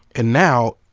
and now,